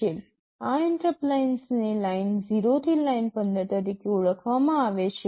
આ ઇન્ટરપ્ટ લાઇન્સને લાઇન 0 થી લાઈન 15 તરીકે ઓળખવામાં આવે છે